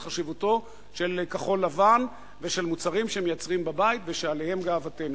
חשיבותו של כחול-לבן ושל מוצרים שמייצרים בבית ושעליהם גאוותנו.